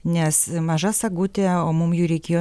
nes maža sagutė o mum jų reikėjo